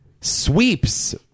sweeps